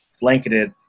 blanketed